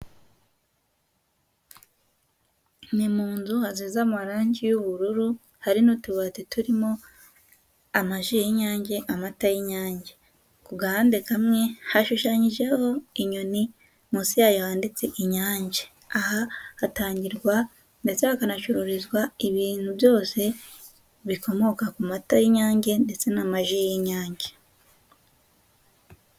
Ni mu nzu hasize amarangi y'ubururu. Hari n'utubati turimo amaji y'Inyange ,amata y'inyange. Ku gahande kamwe hashushanyijeho inyoni, munsi yayo yanditse Inyange. Aha hatangirwa ndetse hakanacururizwa ibintu byose bikomoka ku mata y'Inyange ndetse n'amaji y'Inyange.